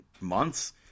months